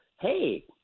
hey